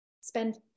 spend